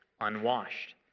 unwashed